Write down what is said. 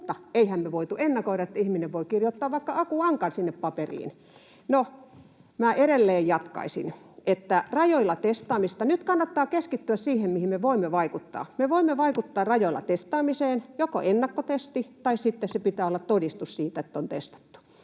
mutta eihän me voitu ennakoida, että ihminen voi kirjoittaa vaikka Aku Ankan sinne paperiin. No, edelleen jatkaisin, että nyt kannattaa keskittyä siihen, mihin me voimme vaikuttaa. Me voimme vaikuttaa rajoilla testaamiseen; joko ennakkotesti tai sitten pitää olla todistus siitä, että on testattu.